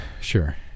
sure